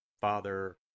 Father